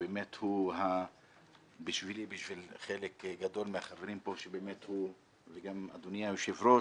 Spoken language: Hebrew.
שבאמת בשבילי ובשביל חלק גדול מהחברים פה וגם בשביל אדוני היושב-ראש,